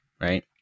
right